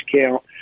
count